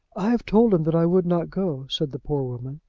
i have told him that i would not go, said the poor woman.